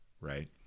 Right